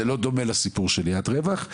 זה לא דומה לסיפור של ליאת רווח,